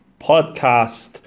podcast